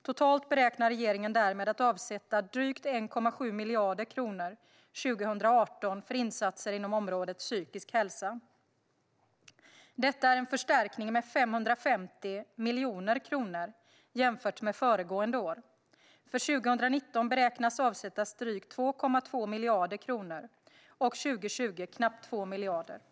Totalt beräknar regeringen därmed att avsätta drygt 1,7 miljarder kronor 2018 för insatser inom området psykisk hälsa. Detta är en förstärkning med 550 miljoner kronor jämfört med föregående år. För 2019 beräknas avsättas drygt 2,2 miljarder kronor och 2020 knappt 2 miljarder kronor.